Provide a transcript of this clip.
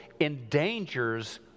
endangers